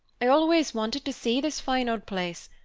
i always wanted to see this fine old place,